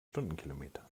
stundenkilometern